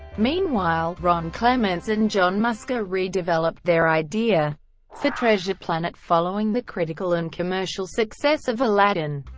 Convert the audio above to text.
meanwhile, ron clements and john musker re-developed their idea for treasure planet following the critical and commercial success of aladdin.